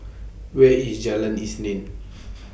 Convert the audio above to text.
Where IS Jalan Isnin